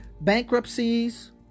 bankruptcies